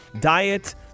diet